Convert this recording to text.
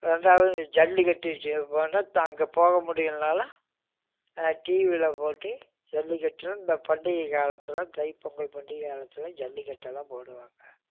ரெண்டாவது இந்த ஜல்லிக்கட்டுட்டு போனால் த அங்கே போக முடியலேனாலும் டிவியில் போட்டு ஜல்லிக்கட்டுனால் இந்த பண்டிகை காலத்தில் தைப்பொங்கல் பண்டிகை காலத்தில் ஜல்லிக்கட்டெல்லாம் போடுவாங்க